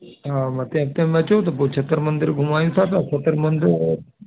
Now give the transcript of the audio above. हा मथे हफ़्ते में अचो त छत्तर मंदरु घुमाईंदोसासि छ्त्तर मंदरु हो